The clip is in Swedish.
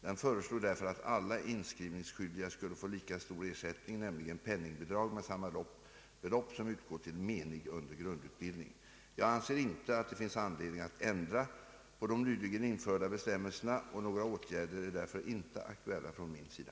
Den föreslog därför att alla inskrivningsskyldiga skulle få lika stor ersättning, nämligen <penningbidrag med samma belopp som utgår till menig under grundutbildning. Jag anser inte att det finns anledning att ändra på de nyligen införda bestämmelserna, och några åtgärder är därför inte aktuella från min sida.